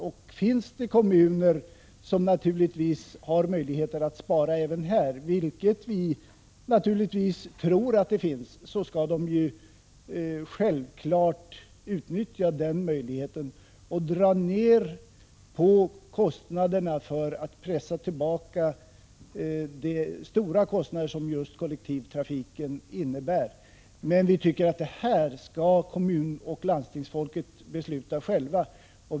Om det finns kommuner som har möjligheter att spara även på det här området, vilket vi tror, skall de självfallet utnyttja den möjligheten och pressa ner de höga kostnader som just kollektivtrafiken drar. Vi tycker emellertid att detta är någonting som kommunoch landstingsfolket själva skall besluta om.